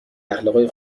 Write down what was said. اخلاقای